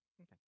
Okay